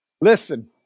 Listen